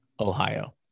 Ohio